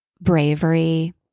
bravery